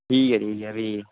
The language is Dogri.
ठीक ऐ ठीक ऐ पी